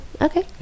Okay